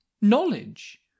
knowledge